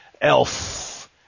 elf